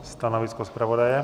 Stanovisko zpravodaje?